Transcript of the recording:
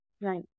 Right